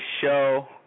show